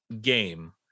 game